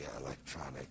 electronic